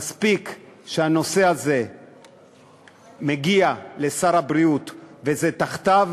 מספיק שהנושא הזה מגיע לשר הבריאות וזה תחתיו